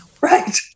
Right